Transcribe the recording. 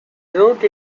wrote